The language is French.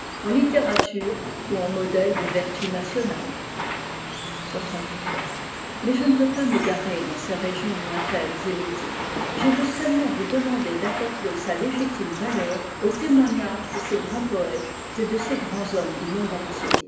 en littérature ou en modèles de vertu nationale mais je ne veux pas m'égarer dans ces régions lointaines et mythiques je veux seulement vous demander d'accorder sa légitime valeur au témoignage de ces grands poètes et des grands hommes du monde entier